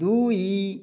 ଦୁଇ